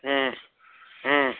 ஆ ஆ